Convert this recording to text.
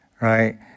right